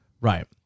Right